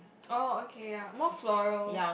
oh okay ya more floral